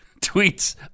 tweets